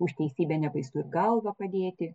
už teisybę nebaisu ir galvą padėti